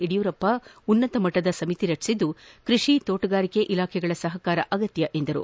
ಯಡಿಯೂರಪ್ಪ ಉನ್ನತ ಮಟ್ಟದ ಸಮಿತಿ ರಚಿಸಿದ್ದು ಕೃಷಿ ತೋಟಗಾರಿಕೆ ಇಲಾಖೆಗಳ ಸಹಕಾರ ಅಗತ್ಯ ಎಂದರು